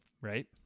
Right